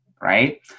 Right